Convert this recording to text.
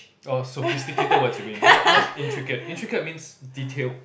oh sophisticated words you mean not not intricate intricate means detailed